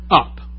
up